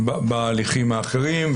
בהליכים האחרים.